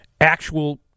actual